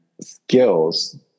skills